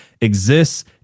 exists